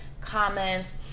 comments